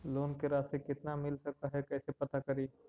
Loan के रासि कितना मिल सक है कैसे पता करी?